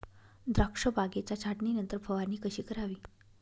द्राक्ष बागेच्या छाटणीनंतर फवारणी कशी करावी?